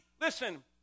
Listen